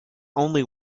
only